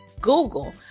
Google